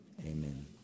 amen